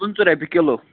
پٕنٛژٕہ رۄپیہِ کِلوٗ